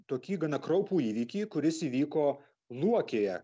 tokį gana kraupų įvykį kuris įvyko luokėje